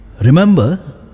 Remember